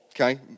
okay